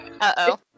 Uh-oh